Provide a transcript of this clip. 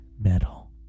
metal